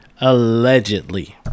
allegedly